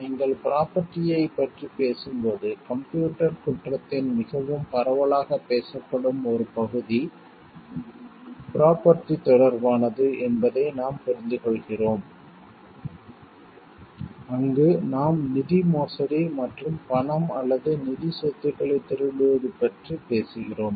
நீங்கள் ப்ரோபெர்டி ஐப் பற்றிப் பேசும்போது கம்ப்யூட்டர் குற்றத்தின் மிகவும் பரவலாகப் பேசப்படும் ஒரு பகுதி ப்ரோபெர்டி தொடர்பானது என்பதை நாம் புரிந்துகொள்கிறோம் அங்கு நாம் நிதி மோசடி மற்றும் பணம் அல்லது நிதி சொத்துக்களை திருடுவது பற்றி பேசுகிறோம்